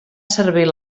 servir